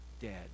dead